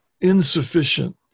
insufficient